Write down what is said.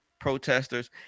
protesters